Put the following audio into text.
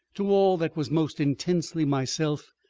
to all that was most intensely myself,